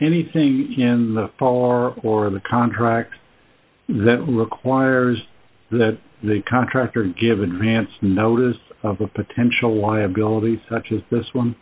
anything in the fall or for the contract that requires that the contractor give advance notice of potential liability such as this one